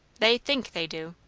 they think they do.